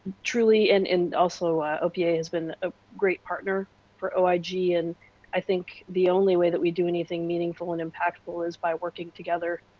truly, and and also ah opa has been a great partner for oig, and i think the only way that we do anything meaningful and impactful is by working together.